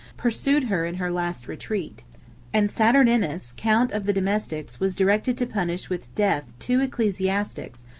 pursued her in her last retreat and saturninus, count of the domestics, was directed to punish with death two ecclesiastics,